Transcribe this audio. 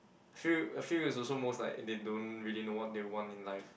feel I feel is also most like they don't really know what they want in life